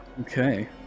Okay